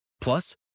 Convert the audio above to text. Plus